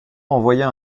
envoya